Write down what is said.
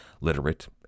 literate